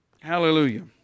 Hallelujah